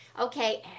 okay